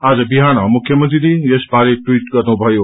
आ जविहान मुख्यमंत्रीले यसबारे टवीट गर्नुभयो